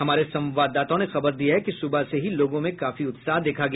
हमारे संवाददाताओं ने खबर दी है कि सुबह से ही लोगों में काफी उत्साह देखा गया